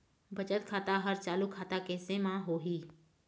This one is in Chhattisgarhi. बचत खाता हर चालू खाता कैसे म होही?